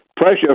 pressure